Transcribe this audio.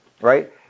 Right